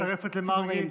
אז את מצטרפת למרגי,